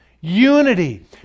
Unity